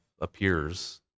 appears